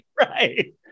right